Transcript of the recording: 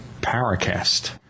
powercast